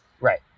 Right